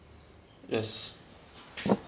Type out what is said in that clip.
yes